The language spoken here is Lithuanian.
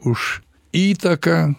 už įtaką